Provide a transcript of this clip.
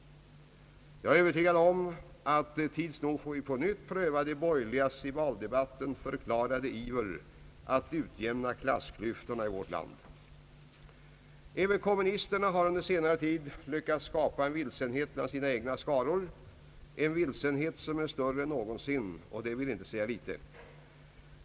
Jag är övertygad om att vi tids nog på nytt får pröva de borgerligas i valdebatten förklarade iver att utjämna klassklyftorna i vårt land. Även kommunisterna har under senare tid lyckats skapa vilsenhet bland sina egna skaror, en vilsenhet som är större än någonsin — och det vill inte säga litet.